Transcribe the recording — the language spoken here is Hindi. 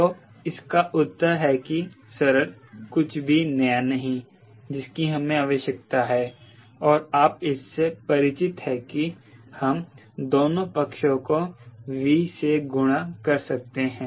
तो इसका उत्तर है कि सरल कुछ भी नया नहीं है जिसकी हमें आवश्यकता है और आप इससे परिचित हैं कि हम दोनों पक्षों को V से गुणा करते हैं